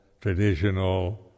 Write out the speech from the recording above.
traditional